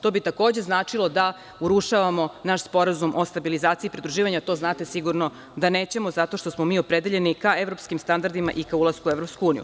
To bi takođe značilo da urušavamo naš Sporazum o stabilizaciji i pridruživanju, a to znate sigurno da nećemo, zato što smo mi opredeljeni ka evropskim standardima i ka ulasku u EU.